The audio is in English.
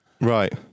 right